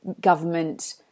government